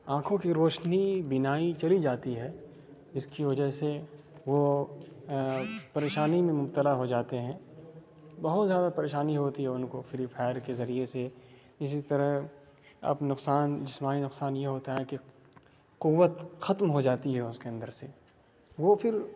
آنکھوں کی روشنی بینائی چلی جاتی ہے جس کی وجہ سے وہ پریشانی میں مبتلا ہوجاتے ہیں بہت زیادہ پریشانی ہوتی ہے ان کو فری فائر کے ذریعے سے اسی طرح اب نقصان جسمانی نقصان یہ ہوتا ہے کہ قوت ختم ہو جاتی ہے اس کے اندر سے وہ پھر